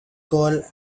gall